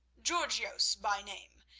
georgios by name,